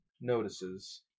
notices